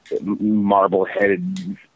marble-headed